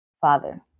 Father